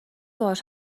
باهاش